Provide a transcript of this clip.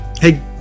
Hey